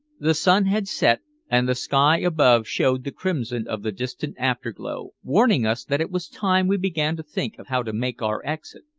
the sun had set, and the sky above showed the crimson of the distant afterglow, warning us that it was time we began to think of how to make our exit.